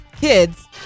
kids